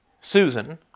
Susan